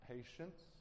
Patience